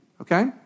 okay